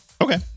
Okay